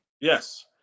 Yes